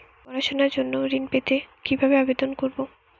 পড়াশুনা জন্য ঋণ পেতে কিভাবে আবেদন করব?